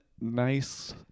nice